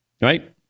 right